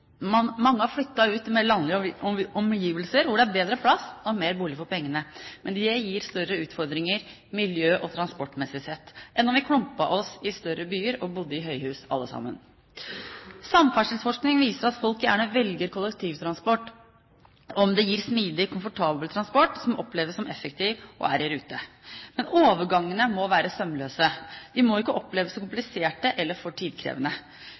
Mange har flyttet ut til mer landlige omgivelser, hvor det er bedre plass og mer bolig for pengene, men det gir større utfordringer miljø- og transportmessig sett enn om vi klumpet oss sammen i større byer og bodde i høyhus alle sammen. Samferdselsforskning viser at folk gjerne velger kollektivtransport om det gir smidig, komfortabel transport som oppleves som effektiv, og er i rute. Men overgangene må være sømløse. De må ikke oppleves som kompliserte eller for tidkrevende.